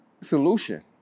solution